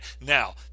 now